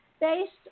based